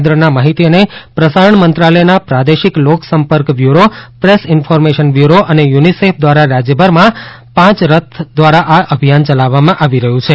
કેન્દ્રના માહિતી અને પ્રસારણ મંત્રાલયના પ્રાદેશિક લોકસંપર્ક બ્યુરો પ્રેસ ઇન્ફોર્મેશન બ્યુરો અને યુનિસેફ દ્વારા રાજ્યભરમાં પાંચ રછ દ્વારા આ અભિયાન ચાલી રહ્યું છે